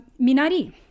Minari